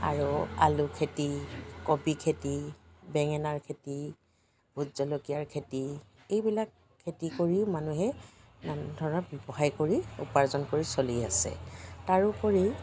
আৰু আলু খেতি কবি খেতি বেঙেনাৰ খেতি ভোট জলকীয়াৰ খেতি এইবিলাক খেতি কৰিও মানুহে নানা ধৰণৰ ব্যৱসায় কৰি উপাৰ্জন কৰি চলি আছে তাৰোপৰি